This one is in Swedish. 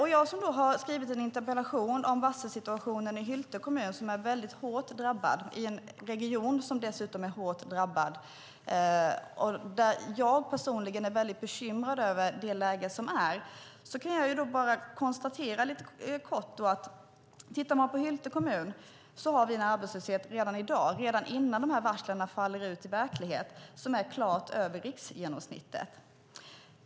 Jag har skrivit en interpellation om varselsituationen i Hylte kommun, som är väldigt hårt drabbad och är i en region som dessutom är hårt drabbad. Jag är personligen väldigt bekymrad över det läge som är. Jag kan lite kort konstatera att Hylte kommun redan i dag innan varslen faller ut i verklighet har en arbetslöshet som är klart över riksgenomsnittet.